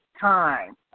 time